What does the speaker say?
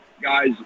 Guys